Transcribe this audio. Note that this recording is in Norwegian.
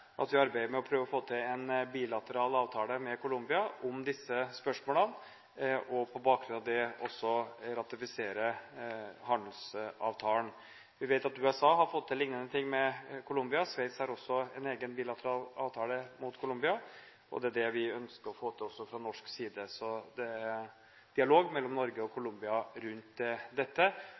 at vi arbeider med å prøve å få til en bilateral avtale med Colombia om disse spørsmålene, og på bakgrunn av det også ratifisere handelsavtalen. Vi vet at USA har fått til lignende ting med Colombia. Sveits har også en egen bilateral avtale mot Colombia, og det er det vi ønsker å få til også fra norsk side. Så det er dialog mellom Norge og Colombia rundt dette,